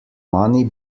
money